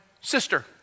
sister